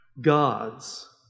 gods